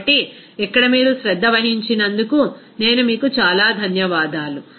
కాబట్టి ఇక్కడ మీరు శ్రద్ధ వహించినందుకు నేను మీకు చాలా ధన్యవాదాలు